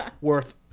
worth